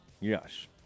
Yes